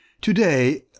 Today